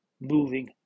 moving